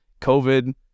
COVID